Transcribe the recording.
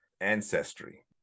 ancestry